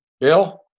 Bill